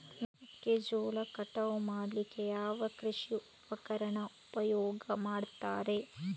ಮೆಕ್ಕೆಜೋಳ ಕಟಾವು ಮಾಡ್ಲಿಕ್ಕೆ ಯಾವ ಕೃಷಿ ಉಪಕರಣ ಉಪಯೋಗ ಮಾಡ್ತಾರೆ?